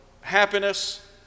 happiness